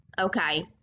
okay